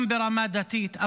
גם ברמה הדתית,